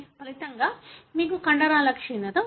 ఫలితంగా మీకు కండరాల క్షీణత ఉంది